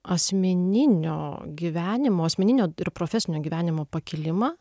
asmeninio gyvenimo asmeninio ir profesinio gyvenimo pakilimą